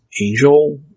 angel